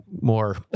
more